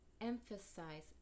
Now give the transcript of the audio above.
emphasize